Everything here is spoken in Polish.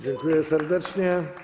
Dziękuję serdecznie.